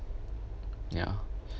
ya